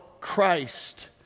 Christ